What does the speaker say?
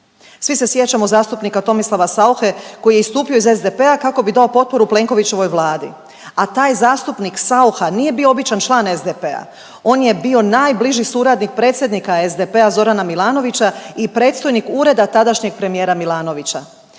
Svi se sjećamo zastupnika Tomislava Sauche koji je istupio iz SDP-a kako bi dao potporu Plenkovićevoj Vladi, a taj zastupnik Saucha nije bio običan član SDP-a. On je bio najbliži suradnik predsjednika SDP-a Zorana Milanovića i predstojnik Ureda tadašnjeg premijera Milanovića.